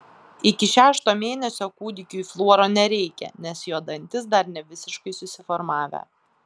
iki šešto mėnesio kūdikiui fluoro nereikia nes jo dantys dar nevisiškai susiformavę